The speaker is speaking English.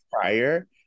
prior